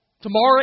Tomorrow